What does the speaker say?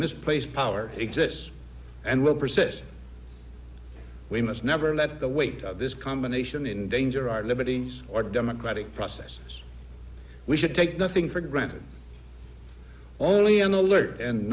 misplaced power exists and will persist we must never let the weight of this combination in danger our liberties our democratic process we should take nothing for granted only an alert and